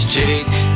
take